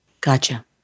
Gotcha